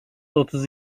otuz